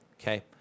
okay